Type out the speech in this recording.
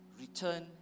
Return